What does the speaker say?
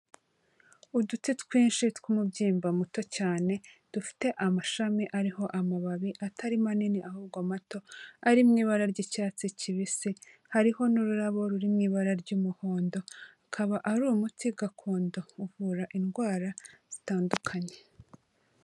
Uduti twinshi tw'umubyimba muto cyane, dufite amashami ariho amababi atari manini ahubwo mato, ari mu ibara ry'icyatsi kibisi, hariho n'ururabo ruri mu ibara ry'umuhondo, ukaba ari umuti gakondo uvura indwara zitandukanye.